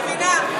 מבינה.